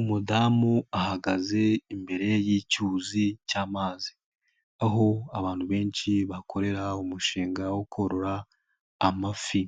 Umudamu ahagaze imbere y'icyuzi cy'amazi, aho abantu benshi bakorera umushinga wo korora amafi